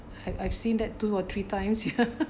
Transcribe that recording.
I I've seen that two or three times ya